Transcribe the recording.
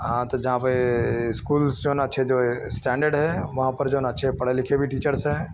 ہاں تو جہاں پہ اسکولس جو ہے نہ اچھے جو ہے اسٹینڈرڈ ہے وہاں پر جو ہے نہ اچھے پڑھے لکھے بھی ٹیچرس ہیں